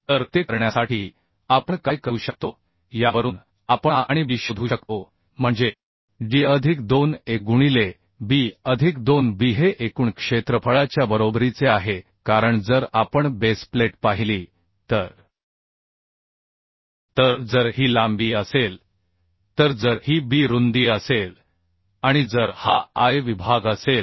तर ते करण्यासाठी आपण काय करू शकतो यावरून आपण A आणि B शोधू शकतो म्हणजे dअधिक 2 a गुणिले B अधिक 2 b हे एकूण क्षेत्रफळाच्या बरोबरीचे आहे कारण जर आपण बेस प्लेट पाहिली तर तर जर ही लांबी असेल तर जर हीB रुंदी असेल आणि जर हा I विभाग असेल